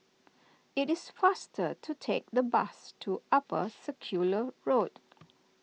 it is faster to take the bus to Upper Circular Road